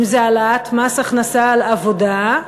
אם העלאת מס הכנסה על עבודה.